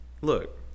Look